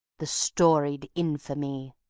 the storied infamy.